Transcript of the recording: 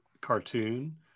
cartoon